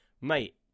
mate